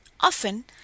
Often